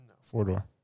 four-door